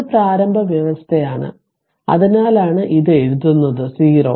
ഇത് പ്രാരംഭ വ്യവസ്ഥയാണ് അതിനാലാണ് ഇത് എഴുതുന്നത് 0